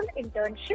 internship